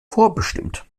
vorbestimmt